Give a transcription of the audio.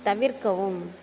தவிர்க்கவும்